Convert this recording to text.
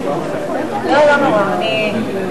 תודה רבה לכם.